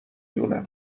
دونم